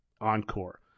encore